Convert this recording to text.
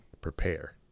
prepare